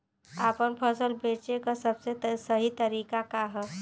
आपन फसल बेचे क सबसे सही तरीका का ह?